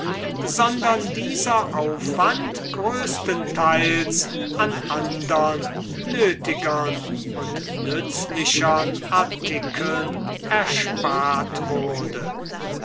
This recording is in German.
sondern dieser aufwand größtenteils an andern nötigern und nützlichern artikeln erspart wurde